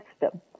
system